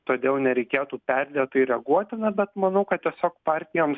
todėl nereikėtų perdėtai reaguoti na bet manau kad tiesiog partijoms